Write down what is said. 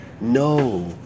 No